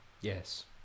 Yes